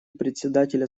председателя